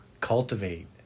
cultivate